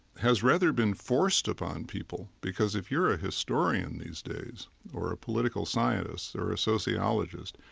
has rather been forced upon people, because if you're a historian these days or ah political scientist or a sociologist,